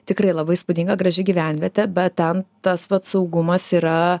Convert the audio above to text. tikrai labai įspūdinga graži gyvenvietė bet ten tas pats saugumas yra